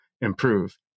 improve